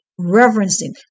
reverencing